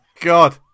god